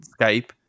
skype